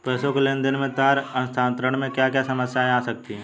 पैसों के लेन देन में तार स्थानांतरण में क्या क्या समस्याएं आ सकती हैं?